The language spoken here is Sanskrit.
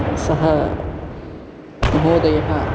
सः महोदयः